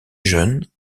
jeune